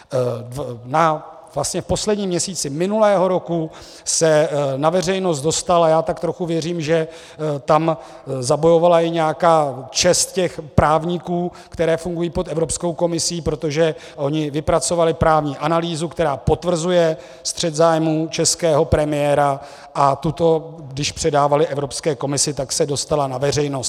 Vlastně v posledním měsíci minulého roku se na veřejnost dostala, a já tak trochu věřím, že tam zabojovala i nějaká čest těch právníků, kteří fungují pod Evropskou komisí, protože oni vypracovali právní analýzu, která potvrzuje střet zájmů českého premiéra, a tuto když předávali Evropské komisi, tak se dostala na veřejnost.